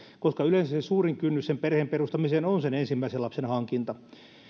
koska yleensä suurin kynnys perheen perustamiseen on sen ensimmäisen lapsen hankinta